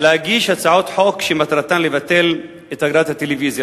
להגיש הצעות חוק שמטרתן לבטל את אגרת הטלוויזיה.